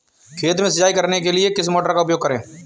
खेत में सिंचाई करने के लिए किस मोटर का उपयोग करें?